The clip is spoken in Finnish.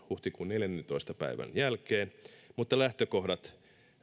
huhtikuun neljännentoista päivän jälkeen mutta lähtökohdat